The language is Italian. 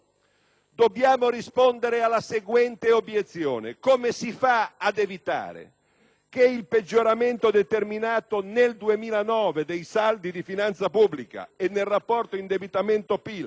dobbiamo rispondere alla seguente obiezione: come si fa ad evitare che il peggioramento determinato nel 2009 dei saldi di finanza pubblica e nel rapporto indebitamento-PIL